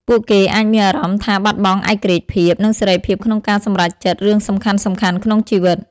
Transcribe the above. ពួកគេអាចមានអារម្មណ៍ថាបាត់បង់ឯករាជ្យភាព និងសេរីភាពក្នុងការសម្រេចចិត្តរឿងសំខាន់ៗក្នុងជីវិត ។